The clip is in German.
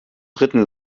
dritten